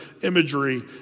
imagery